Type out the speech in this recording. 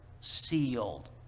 sealed